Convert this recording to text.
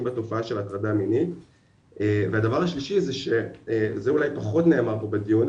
בתופעה של הטרדה מינית והדבר השלישי זה שזה אולי פחות נאמר פה בדיון,